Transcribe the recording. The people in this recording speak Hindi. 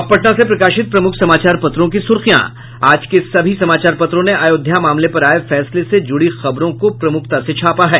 अब पटना से प्रकाशित प्रमुख समाचार पत्रों की सुर्खियां आज के सभी समाचार पत्रों ने अयोध्या मामले पर आये फैसले से जुड़ी खबरों को प्रमुखता से छापा है